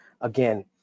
again